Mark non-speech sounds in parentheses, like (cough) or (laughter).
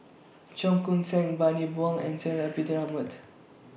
Cheong Koon Seng Bani Buang and (noise) Zainal Abidin Ahmad